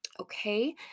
okay